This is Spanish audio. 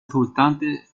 resultante